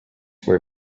were